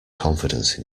confidence